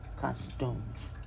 costumes